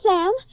Sam